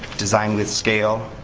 design with scale,